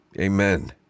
Amen